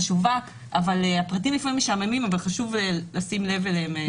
חשובה אבל הפרטים לפעמים משעממים אבל חשוב לשים לב אליהם.